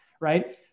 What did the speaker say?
right